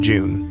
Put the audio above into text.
June